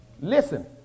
Listen